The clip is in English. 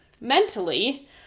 mentally